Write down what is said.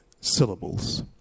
syllables